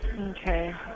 Okay